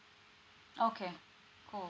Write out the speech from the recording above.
okay cool